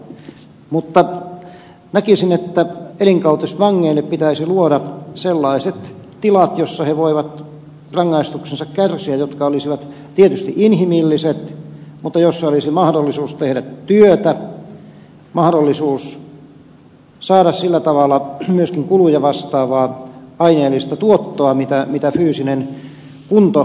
mutta näkisin että elinkautisvangeille pitäisi luoda sellaiset tilat joissa he voivat rangaistuksensa kärsiä jotka olisivat tietysti inhimilliset mutta joissa olisi mahdollisuus tehdä työtä mahdollisuus saada sillä tavalla myöskin kuluja vastaavaa aineellista tuottoa mitä fyysinen kunto mahdollistaa